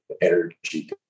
energy